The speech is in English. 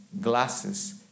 glasses